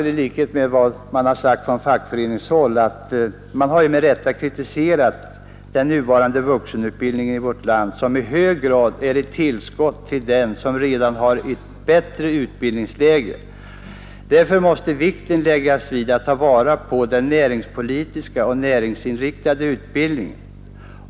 Från fackföreningshåll har man ju med rätta kritiserat den nuvarande vuxenutbildningen i vårt land som i hög grad är ett tillskott till dem som redan har ett bättre utbildningsläge. Därför måste vikten läggas vid att ta vara på den näringspolitiska och näringsinriktade utbildningen.